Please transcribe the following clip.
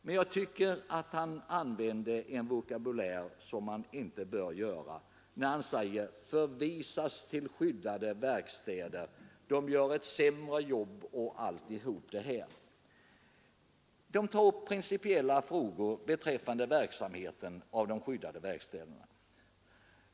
Men jag tycker att han använde en vokabulär som man inte bör tillgripa när han talar om att ifrågavarande personer förvisas till skyddade verkstäder, att de gör ett sämre jobb osv. Motionärerna tar upp principiella frågor beträffande verksamheten vid de skyddade verkstäderna.